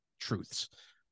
truths